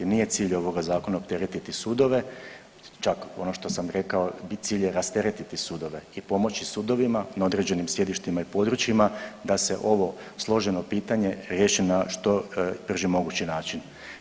Nije cilj ovoga Zakona opteretiti sudove, čak, ono što sam rekao, i cilj je rasteretiti sudove i pomoći sudovima na određenim sjedištima i područjima da se ovo složeno pitanje riješi na što brži mogući način.